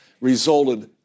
resulted